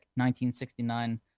1969